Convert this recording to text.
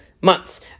months